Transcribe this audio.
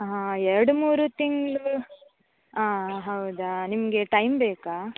ಹಾಂ ಎರಡು ಮೂರು ತಿಂಗಳು ಆಂ ಹೌದಾ ನಿಮಗೆ ಟೈಮ್ ಬೇಕಾ